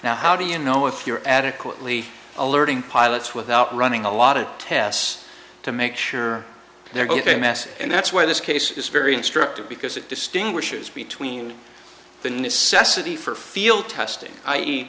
now how do you know if you're adequately alerting pilots without running a lot of tests to make sure they're going to be messy and that's why this case is very instructive because it distinguishes between the necessity for field testing i e